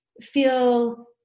feel